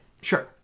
Sure